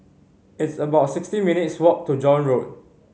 it's about sixteen minutes' walk to John Road